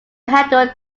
handle